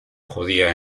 judía